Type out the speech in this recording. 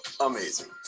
amazing